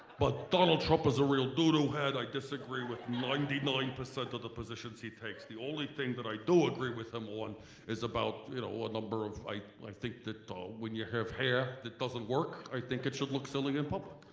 but donald trump is a real doo doo head. i disagree with ninety nine percent of the positions he takes. the only thing that i do agree with him on is about you know ah hair. i like think that ah when you have hair that doesn't work i think it should look silly in public.